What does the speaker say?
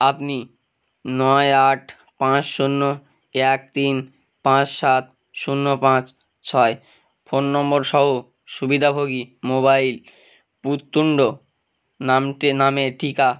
আপনি নয় আট পাঁস শূন্য এক তিন পাঁস সাত শূন্য পাঁচ ছয় ফোন নম্বর সহ সুবিধাভোগী মোবাইল পুততুন্দু নাম নামের টিকা